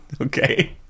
okay